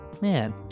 Man